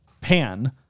pan